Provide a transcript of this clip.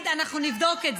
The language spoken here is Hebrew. איך כולם קופצים.